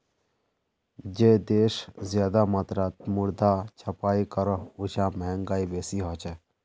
जे देश ज्यादा मात्रात मुद्रा छपाई करोह उछां महगाई बेसी होछे